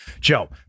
Joe